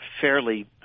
fairly